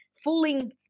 Fooling